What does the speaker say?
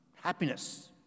happiness